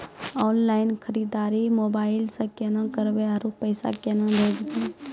Online खरीददारी mobile से केना करबै, आरु पैसा केना भेजबै?